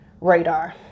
radar